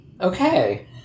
Okay